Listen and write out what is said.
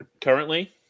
Currently